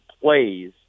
plays